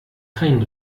keinen